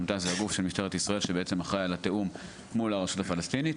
ממת"ש זה הגוף של משטרת ישראל שאחראי על התיאום מול הרשות הפלסטינית.